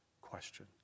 question